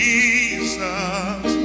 Jesus